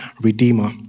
redeemer